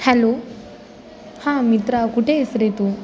hello हां मित्रा कुठे आहेस रे तू